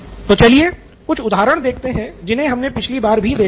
तो चलिए कुछ उदाहरण देखते हैं जिन्हें हमने पिछली बार भी देखा था